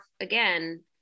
again